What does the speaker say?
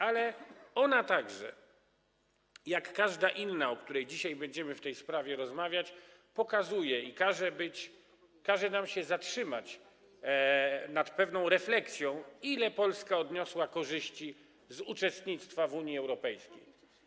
Ale ona także, jak każda inna, o której dzisiaj będziemy rozmawiać, pokazuje i każe nam się zatrzymać nad pewną refleksją, ile Polska odniosła korzyści z uczestnictwa w Unii Europejskiej.